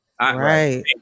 Right